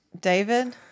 David